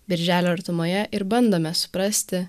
birželio artumoje ir bandome suprasti